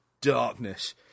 darkness